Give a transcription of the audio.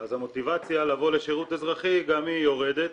אז המוטיבציה לבוא לשירות אזרחי גם היא יורדת,